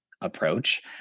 approach